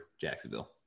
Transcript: Jacksonville